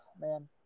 man